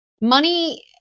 money